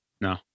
no